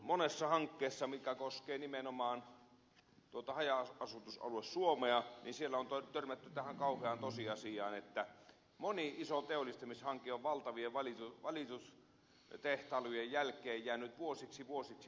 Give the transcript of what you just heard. monessa hankkeessa mikä koskee nimenomaan haja asutusalue suomea on törmätty tähän kauheaan tosiasiaan että moni iso teollistumishanke on valtavien valitustehtailujen jälkeen jäänyt vuosiksi vuosiksi venymään